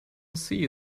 see